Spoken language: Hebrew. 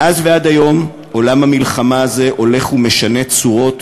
מאז ועד היום עולם המלחמה הזה הולך ומשנה צורות,